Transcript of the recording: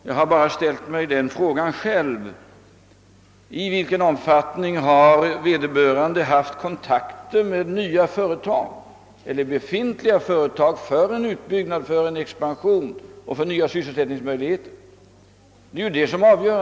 Jag har bara ställt mig frågan i vilken omfattning vederbörande haft kontakter med nya eller befintliga företag för att diskutera frågan om att skapa nya sysselsättningsmöjligheter. Det är ju detta som är avgörande.